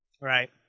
right